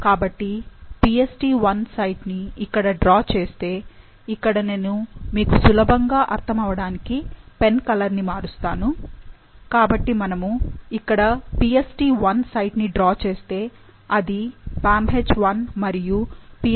కాబట్టి PstI site ని ఇక్కడ డ్రా చేస్తే ఇక్కడ నేను మీకు సులభంగా అర్థం అవడానికి పెన్ కలర్ ని మారుస్తాను కాబట్టి మనము ఇక్కడ PstI సైట్ ని డ్రా చేస్తే అది BamHI మరియు PstI యొక్క 2